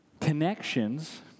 Connections